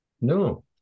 no